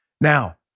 Now